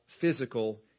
physical